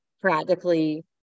practically